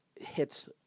hits